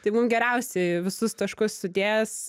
tai mum geriausiai visus taškus sudės